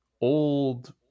old